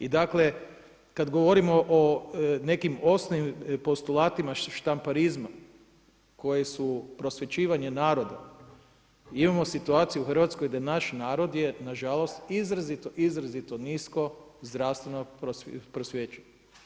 I dakle, kada govorimo o nekim osnovnim postulatima štamparizma koje su prosvjećivanje naroda, imamo situaciju u Hrvatskoj da je naš narod na žalost izrazito, izrazito nisko zdravstveno prosvijećen.